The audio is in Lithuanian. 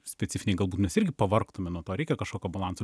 specifiniai galbūt mes irgi pavargtume nuo to reikia kažkokio balanso